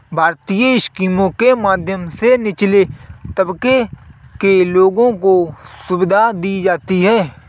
भारतीय स्कीमों के माध्यम से निचले तबके के लोगों को सुविधा दी जाती है